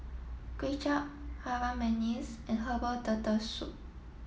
Kway Chap Harum Manis and Herbal Turtle Soup